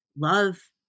love